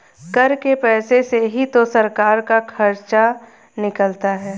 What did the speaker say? कर के पैसे से ही तो सरकार का खर्चा निकलता है